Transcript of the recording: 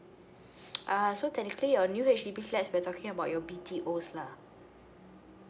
ah so technically a new H_D_B flats we're talking about your B T O lah